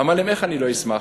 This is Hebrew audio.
אמר להם: איך אני לא אשמח?